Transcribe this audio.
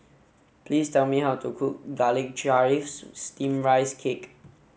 please tell me how to cook garlic chives steamed rice cake